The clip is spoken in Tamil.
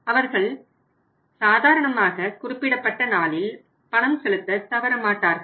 அவர்கள் சாதாரணமாக குறிப்பிடப்பட்ட நாளில் பணம் செலுத்த தவறமாட்டார்கள்